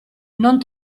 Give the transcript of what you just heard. non